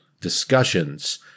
discussions